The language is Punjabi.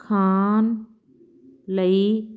ਖਾਣ ਲਈ